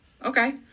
Okay